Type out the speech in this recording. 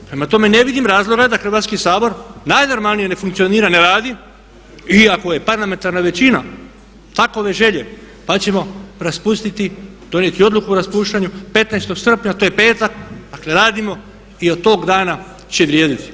Prema tome, ne vidim razloga da Hrvatski sabor najnormalnije ne funkcionira, ne radi i ako je parlamentarna većina takove želje, pa ćemo raspustiti donijeti odluku o raspuštanju 15.srpnja to je petak, dakle radimo i od toga dana će vrijediti.